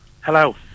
Hello